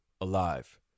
alive